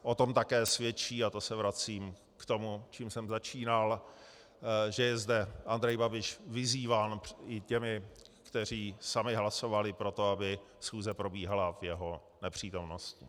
O tom také svědčí, a to se vracím k tomu, čím jsem začínal, že je zde Andrej Babiš vyzýván i těmi, kteří sami hlasovali pro to, aby schůze probíhala v jeho nepřítomnosti.